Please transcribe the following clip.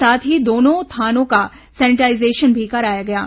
साथ ही दोनों थानों का सैनिटाईजेशन भी कराया गया है